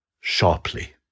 sharply